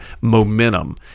momentum